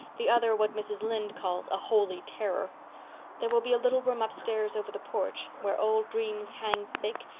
the other what mrs. lynde calls a holy terror there will be a little room upstairs over the porch, where old dreams hang thick,